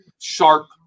sharp